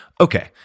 Okay